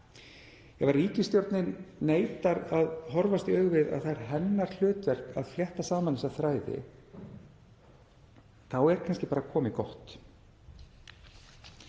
Ef ríkisstjórnin neitar að horfast í augu við að það er hennar hlutverk að flétta saman þessa þræði þá er kannski bara komið gott.